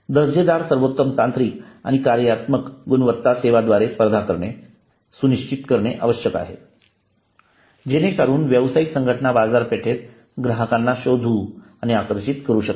दर्जेदार सर्वोत्तम तांत्रिक आणि कार्यात्मक गुणवत्ता सेवांद्वारे स्पर्धा करणे सुनिश्चित करणे आवश्यक आहे जेणेकरून व्यवसायिक संघटना बाजारपेठेत ग्राहकांना शोधू आणि आकर्षित करू शकेल